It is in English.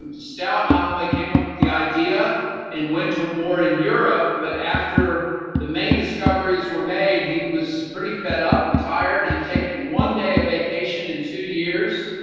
and stout not only came and with the idea and went to war in europe, but after the main discoveries were made, he was pretty fed up and tired, he had taken one day of vacation in two years,